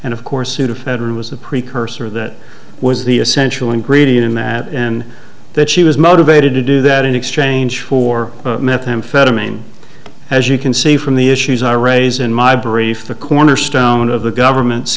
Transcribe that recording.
and of course sudafed was the precursor that was the essential ingredient in that she was motivated to do that in exchange for methamphetamine as you can see from the issues i raise in my brief the cornerstone of the government's